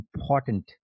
important